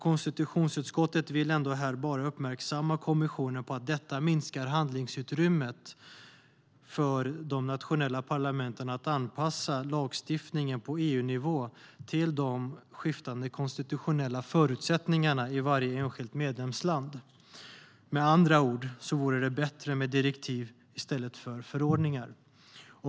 Konstitutionsutskottet vill här uppmärksamma kommissionen på att detta minskar handlingsutrymmet för de nationella parlamenten att anpassa lagstiftningen på EU-nivå till de skiftande konstitutionella förutsättningarna i varje enskilt medlemsland. Med andra ord vore det bättre med direktiv i stället för förordningar.